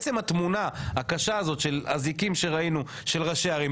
עצם התמונה הקשה הזאת של אזיקים שראינו של ראשי ערים,